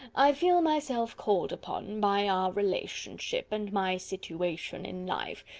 i feel myself called upon, by our relationship, and my situation in life,